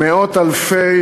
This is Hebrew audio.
מאות אלפי